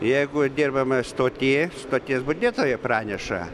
jeigu dirbama stoty stoties budėtoja praneša